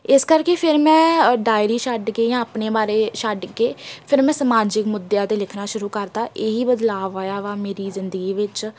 ਇਸ ਕਰਕੇ ਫਿਰ ਮੈਂ ਡਾਇਰੀ ਛੱਡ ਕੇ ਜਾਂ ਆਪਣੇ ਬਾਰੇ ਛੱਡ ਕੇ ਫਿਰ ਮੈਂ ਸਮਾਜਿਕ ਮੁੱਦਿਆਂ 'ਤੇ ਲਿਖਣਾ ਸ਼ੁਰੂ ਕਰਤਾ ਇਹ ਹੀ ਬਦਲਾਵ ਹੋਇਆ ਵਾ ਮੇਰੀ ਜ਼ਿਦਗੀ ਵਿੱਚ